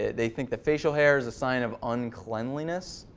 they think that facial hair is a sign of uncleanliness.